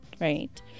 right